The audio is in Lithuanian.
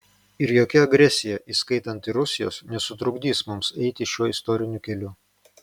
ir jokia agresija įskaitant ir rusijos nesutrukdys mums eiti šiuo istoriniu keliu